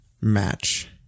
match